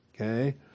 Okay